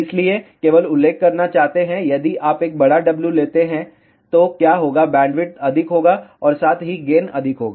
इसलिए केवल उल्लेख करना चाहते हैं यदि आप एक बड़ा W लेते हैं तो क्या होगा बैंडविड्थ अधिक होगा और साथ ही गेन अधिक होगा